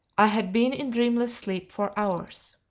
i had been in dreamless sleep for hours.